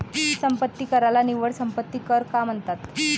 संपत्ती कराला निव्वळ संपत्ती कर का म्हणतात?